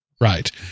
Right